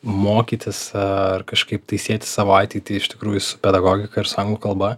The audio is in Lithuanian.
mokytis ar kažkaip tai sieti savo ateitį iš tikrųjų pedagogika ir su anglų kalba